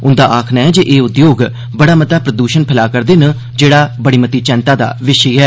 उंदा आखना ऐ जे एह् उद्योग बड़ा मता प्रदूषण फैला करदे न जेहड़ा बड़ी मती चैंता दा विशे ऐ